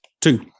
Two